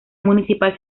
municipal